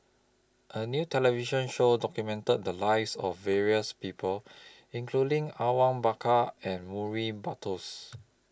A New television Show documented The Lives of various People including Awang Bakar and Murray Buttrose